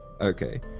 Okay